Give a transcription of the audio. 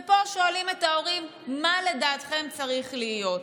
ופה שואלים את ההורים: מה לדעתכם צריך להיות?